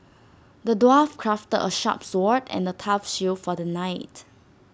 the dwarf crafted A sharp sword and A tough shield for the knight